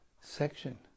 section